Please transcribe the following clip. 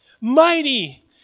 Mighty